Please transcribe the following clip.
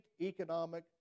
economic